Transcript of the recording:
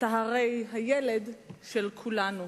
אתה הרי הילד של כולנו",